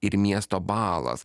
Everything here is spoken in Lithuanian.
ir miesto balas